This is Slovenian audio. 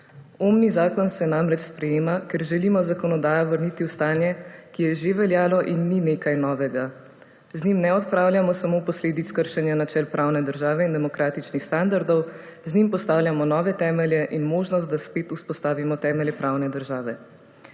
se namreč sprejema, ker želimo zakonodajo vrniti v stanje, ki je že veljalo in ni nekaj novega. Z njim ne odpravljamo samo posledic kršenja načel pravne države in demokratičnih standardov, z njim postavljamo nove temelje in možnost, da spet vzpostavimo temelje pravne države.